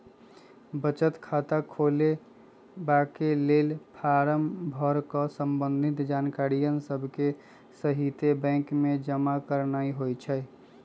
बचत खता खोलबाके लेल फारम भर कऽ संबंधित जानकारिय सभके सहिते बैंक में जमा करनाइ होइ छइ